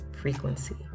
frequency